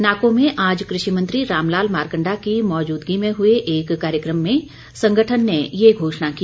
नाको में आज कृषि मंत्री रामलाल मारकण्डा की मौजूदगी में हुए एक कार्यक्रम में संगठन ने ये घोषणा की